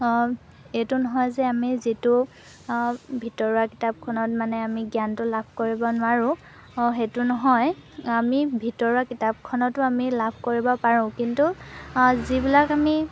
এইটো নহয় যে আমি যিটো ভিতৰুৱা কিতাপখনত মানে আমি জ্ঞানটো লাভ কৰিব নোৱাৰোঁ সেইটো নহয় আমি ভিতৰুৱা কিতাপখনতো আমি লাভ কৰিব পাৰোঁ কিন্তু যিবিলাক আমি